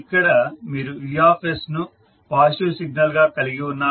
ఇక్కడ మీరు U ను పాజిటివ్ సిగ్నల్గా కలిగి ఉన్నారు